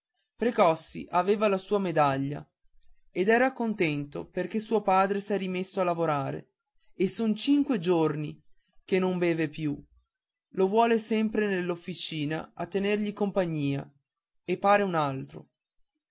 me precossi aveva la sua medaglia ed era contento perché suo padre s'è rimesso a lavorare e son cinque giorni che non beve più lo vuol sempre nell'officina a tenergli compagnia e pare un altro